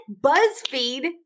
BuzzFeed